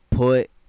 Put